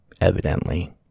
Evidently